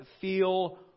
feel